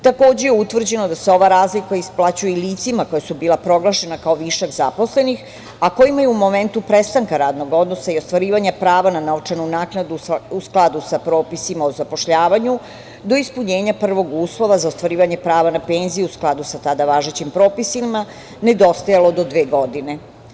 Takođe, utvrđeno je da se ova razlika isplaćuje i licima koja su bila proglašena kao višak zaposlenih, a kojima je u momentu prestanka ranog odnosa i ostvarivanja prava na novčanu naknadu, u skladu sa propisima o zapošljavanju, do ispunjenja prvog uslova za ostvarivanje prava na penziju, u skladu sa tada važećim propisima, nedostajalo do dve godine.